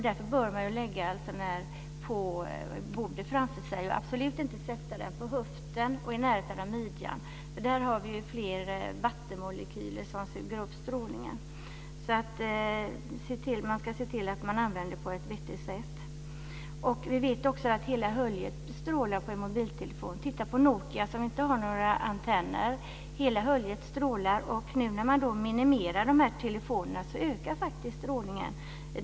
Därför bör man lägga mobiltelefonen på bordet framför sig och absolut inte sätta den på höften och i närheten av midjan, för där har vi fler vattenmolekyler som suger upp strålningen. Man ska alltså se till att de används på ett vettigt sätt. Vi vet också att det är strålning från hela höljet på en mobiltelefon. T.ex. på Nokias mobiltelefoner, som inte har några antenner, är det strålning från hela höljet. När man nu minimerar telefonerna ökar faktiskt strålningen.